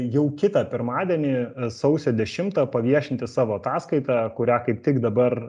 jau kitą pirmadienį sausio dešimtą paviešinti savo ataskaitą kurią kaip tik dabar